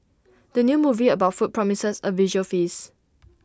the new movie about food promises A visual feast